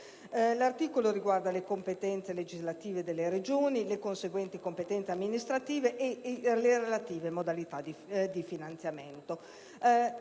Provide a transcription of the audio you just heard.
L'articolo riguarda le competenze legislative delle Regioni, le conseguenti competenze amministrative e le relative modalità di finanziamento.